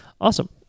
Awesome